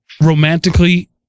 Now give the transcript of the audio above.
romantically